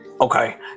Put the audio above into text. Okay